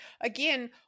again